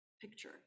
picture